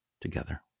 together